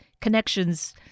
connections